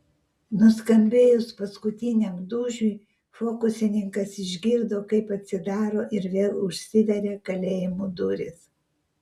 nuskambėjus paskutiniam dūžiui fokusininkas išgirdo kaip atsidaro ir vėl užsiveria kalėjimo durys